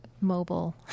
mobile